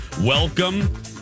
Welcome